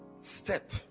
step